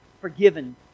forgiven